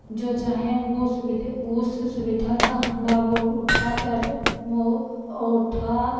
जो चाहें वो सुविधा उस सुविधा का हम लाभ उठा पर वो उठा